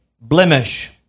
blemish